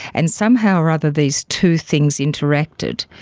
and somehow or other these two things interacted.